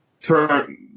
turn